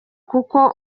kuko